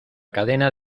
cadena